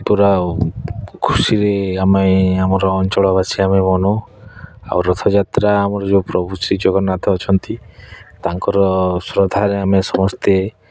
ପୁରା ଖୁସିରେ ଆମେ ଆମର ଅଞ୍ଚଳବାସୀ ଆମେ ମନଉ ଆଉ ରଥଯାତ୍ରା ଆମର ଯେଉଁ ପ୍ରଭୁ ଶ୍ରୀ ଜଗନ୍ନାଥ ଅଛନ୍ତି ତାଙ୍କର ଶ୍ରଦ୍ଧାରେ ଆମେ ସମସ୍ତେ